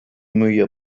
müüja